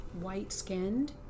white-skinned